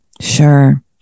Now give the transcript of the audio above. Sure